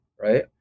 right